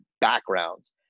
backgrounds